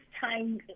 time